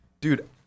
dude